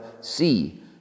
See